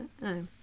No